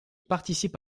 participe